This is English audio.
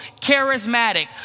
charismatic